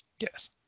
Yes